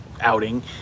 outing